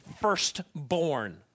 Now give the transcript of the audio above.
firstborn